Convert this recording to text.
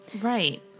Right